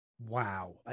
Wow